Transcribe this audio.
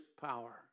power